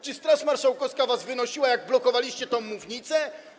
Czy Straż Marszałkowska was wynosiła, jak blokowaliście tę mównicę?